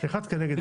אחת כנגד אחת.